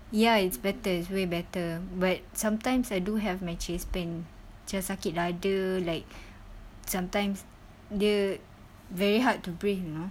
ya it's better it's way better but sometimes I do have my chest pain macam sakit dada like sometimes dia very hard to breathe you know